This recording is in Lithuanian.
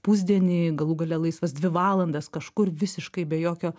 pusdienį galų gale laisvas dvi valandas kažkur visiškai be jokio